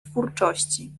twórczości